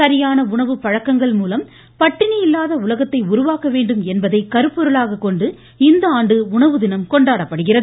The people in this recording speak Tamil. சரியான உணவுப் பழக்கங்கள் மூலம் பட்டினி இல்லாத உலகத்தை உருவாக்க வேண்டும் என்பதை கருப்பொருளாக கொண்டு இந்த ஆண்டு உணவு தினம் கொண்டாடப்படுகிறது